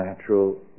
natural